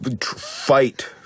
fight